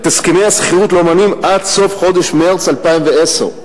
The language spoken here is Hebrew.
את הסכמי השכירות לאמנים עד סוף חודש מרס 2010,